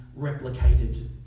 replicated